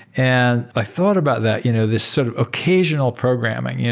and i thought about that, you know this sort of occasional programming. yeah